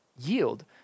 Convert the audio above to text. yield